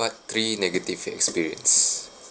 part three negative experience